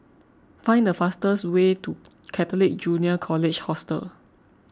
find the fastest way to Catholic Junior College Hostel